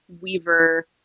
Weaver